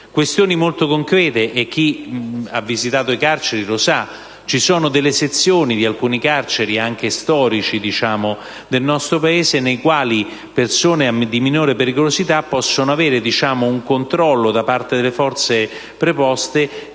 questioni molto concrete, e chi ha visitato le carceri lo sa. Ci sono delle sezioni di alcune carceri storiche del nostro Paese nelle quali persone di minore pericolosità possono avere, da parte delle forze preposte,